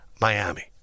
Miami